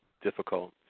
difficult